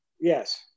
Yes